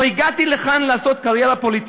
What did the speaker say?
לא הגעתי לכאן לעשות קריירה פוליטית,